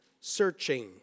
searching